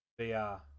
VR